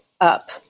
up